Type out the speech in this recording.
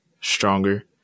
stronger